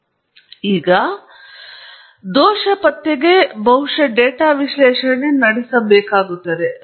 ನಂತರ ನಾವು ದೋಷ ಪತ್ತೆಗೆ ಬಹುಶಃ ಡೇಟಾ ವಿಶ್ಲೇಷಣೆ ನಡೆಸಲಾಗುತ್ತಿದೆ